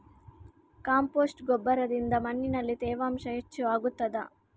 Compost ಗೊಬ್ಬರದಿಂದ ಮಣ್ಣಿನಲ್ಲಿ ತೇವಾಂಶ ಹೆಚ್ಚು ಆಗುತ್ತದಾ?